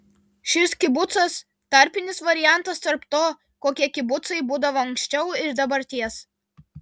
šis kibucas tarpinis variantas tarp to kokie kibucai būdavo anksčiau ir dabarties